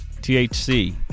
THC